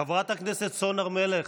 חברת הכנסת סון הר מלך,